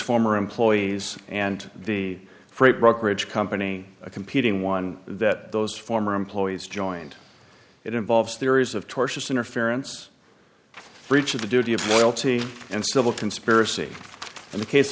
former employees and the freight brokerage company a competing one that those former employees joined it involves theories of tortious interference breach of the duty of loyalty and civil conspiracy and the case